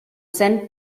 zen